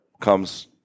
comes